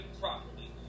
properly